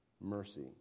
Mercy